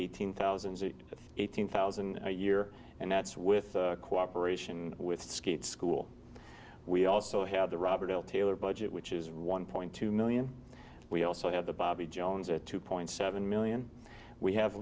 eighteen thousand and eighteen thousand a year and that's with cooperation with skate school we also have the robert l taylor budget which is one point two million we also have the bobby jones a two point seven million we have